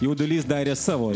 jaudulys darė savo